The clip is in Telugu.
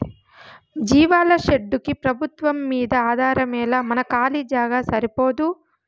జీవాల షెడ్డుకు పెబుత్వంమ్మీదే ఆధారమేలా మన కాలీ జాగా సరిపోదూ